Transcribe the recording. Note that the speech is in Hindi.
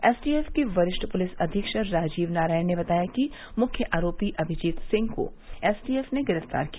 एसटीएफ के वरिष्ठ पुलिस अधीक्षक राजीव नारायण ने बताया कि मुख्य आरोपी अभिजीत सिंह को एसटीएफ ने गिरफ्तार किया